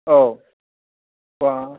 औ बा